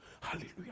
Hallelujah